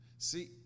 See